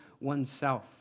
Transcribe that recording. oneself